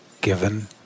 given